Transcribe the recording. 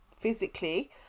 physically